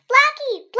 Blackie